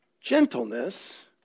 gentleness